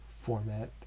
format